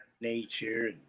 nature